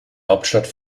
hauptstadt